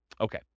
Okay